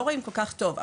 לא רואים כל כך טוב.